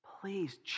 Please